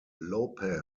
lopez